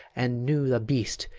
and knew the beast,